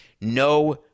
no